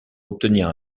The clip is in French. obtenir